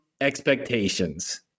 expectations